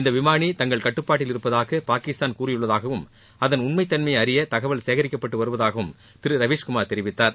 இந்த விமாளி தங்கள் கட்டுப்பாட்டில் இருப்பதாக பாகிஸ்தான் கூறியுள்ளதாகவும் அதன் உண்மைத்தன்மையை அறிய தகவல்கள் சேகரிக்கப்பட்டு வருவதாகவும் திரு ரவீஷ் குமார் தெரிவித்தார்